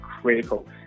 critical